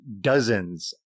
dozens